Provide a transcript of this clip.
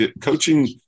coaching